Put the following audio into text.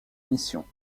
missions